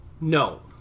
No